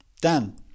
Dan